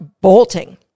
bolting